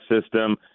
system